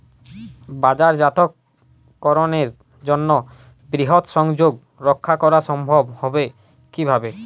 বাজারজাতকরণের জন্য বৃহৎ সংযোগ রক্ষা করা সম্ভব হবে কিভাবে?